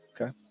okay